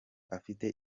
afite